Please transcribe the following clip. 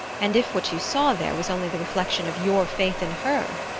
and if what you saw there was only the reflection of your faith in her?